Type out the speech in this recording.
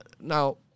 Now